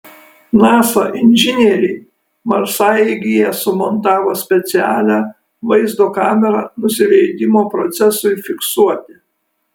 nasa inžinieriai marsaeigyje sumontavo specialią vaizdo kamerą nusileidimo procesui fiksuoti